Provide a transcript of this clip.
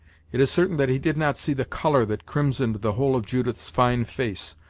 it is certain that he did not see the color that crimsoned the whole of judith's fine face,